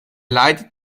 leitet